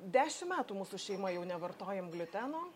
dešim metų mūsų šeima jau nevartojam gliuteno